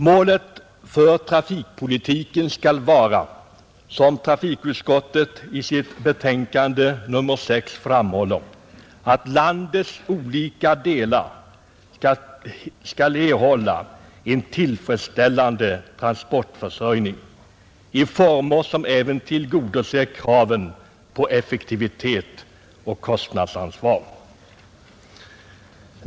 Målet för trafikpolitiken skall vara, som trafikutskottet i sitt betänkande nr 6 framhåller, att landets olika delar skall erhålla en tillfredsställande transportförsörjning i former som även tillgodoser kraven på effektivitet och kostnadsansvar.